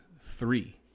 three